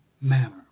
manner